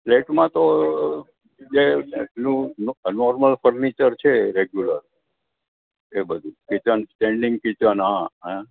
ફ્લેટમાં તો બે બેડરૂમનું નોર્મલ ફર્નિચર છે રેગ્યુલર એ બધું કિચન સ્ટેન્ડિંગ કિચન હા હા